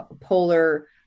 polar